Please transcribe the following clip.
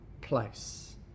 place